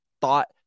thought